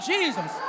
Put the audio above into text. Jesus